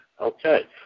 Okay